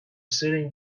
sitting